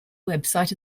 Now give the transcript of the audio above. website